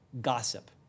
gossip